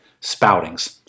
spoutings